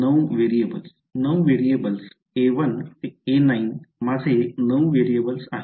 नऊ variables a1 ते a9 माझे नऊ व्हेरिएबल्स आहेत